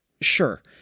sure